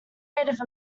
native